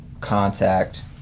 contact